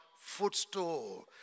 footstool